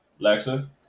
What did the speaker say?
Alexa